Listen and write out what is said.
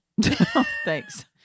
Thanks